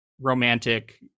romantic